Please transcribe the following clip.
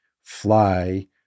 fly